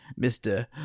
Mr